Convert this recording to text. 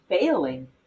failing